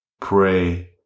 pray